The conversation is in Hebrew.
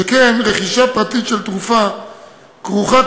שכן רכישה פרטית של תרופה כרוכה,